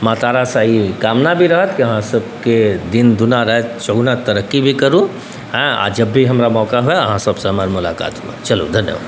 माँ तारासँ ई कामना भी रहत कि अहाँसबके दिन दुना राति चौगुना तरक्की भी करू हँ जब भी हमरा मौका होइ अहाँसबसँ हमर मुलाकात होइए चलू धन्यवाद